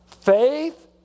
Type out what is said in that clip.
faith